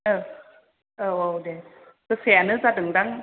ओ औ औ दे गोसायानो जादों दां